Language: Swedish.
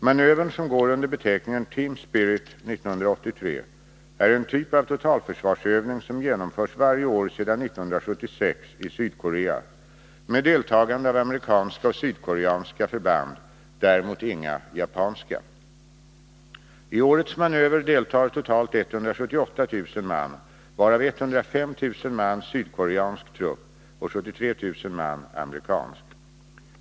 Manövern, som går under benämningen ”Team Spirit 1983”, är en typ av totalförsvarsövning som sedan 1976 genomförs varje år i Sydkorea med deltagande av amerikanska och sydkoreanska förband — däremot inga japanska. I årets manöver deltar totalt 178 000 man, varav 105000 man sydkoreansk trupp och 73000 man amerikansk.